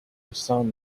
sun